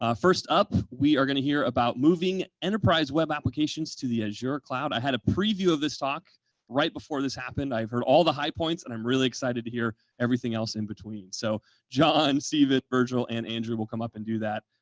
ah first up, we are going to hear about moving enterprise web applications to the azure cloud. i had a preview of this talk right before this happened. i've heard all the high points, and i'm really excited to hear everything else in between. so john, um steven, virgil, and andrew will come up and do that.